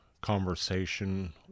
conversation